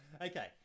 Okay